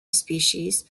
species